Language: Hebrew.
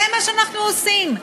זה מה שאנחנו עושים.